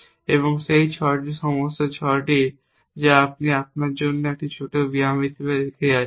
এবং সেই 6টি সমস্ত 6টি যা আমি আপনার জন্য একটি ছোট ব্যায়াম হিসাবে রেখে যাচ্ছি